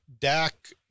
Dak